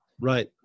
Right